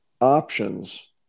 options